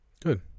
Good